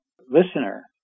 listener